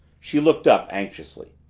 she looked up anxiously.